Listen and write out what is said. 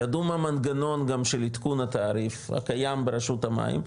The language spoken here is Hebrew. ידעו מה המנגנון גם של עדכון התעריף הקיים ברשות המים,